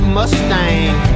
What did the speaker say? Mustang